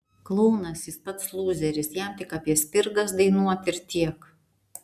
klounas jis pats lūzeris jam tik apie spirgas dainuot ir tiek